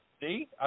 See